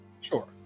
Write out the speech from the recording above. Sure